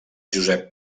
josep